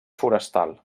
forestal